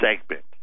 segment